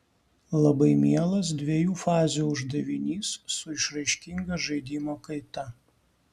labai mielas dviejų fazių uždavinys su išraiškinga žaidimo kaita